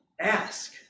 Ask